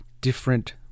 different